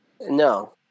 No